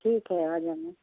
ठीक है आ जाना